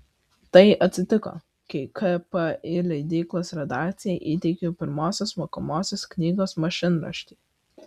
tai atsitiko kai kpi leidyklos redakcijai įteikiau pirmosios mokomosios knygos mašinraštį